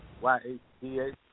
Y-H-D-H